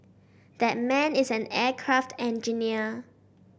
that man is an aircraft engineer